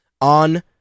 on